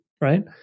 right